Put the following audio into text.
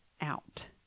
out